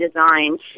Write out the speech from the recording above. designs